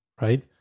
right